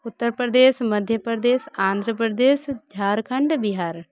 Uttar Pradesh Madhya Pradesh Andhra Pradesh Jharkhand Bihar